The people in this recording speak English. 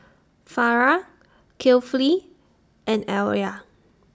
Farah Kefli and Alya